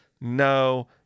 no